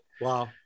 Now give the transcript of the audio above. Wow